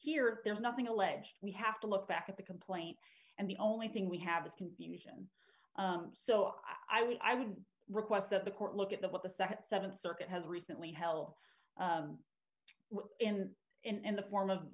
here there's nothing alleged we have to look back at the complaint and the only thing we have is confusion so i would i would request that the court look at the what the sec th circuit has recently held in in the form of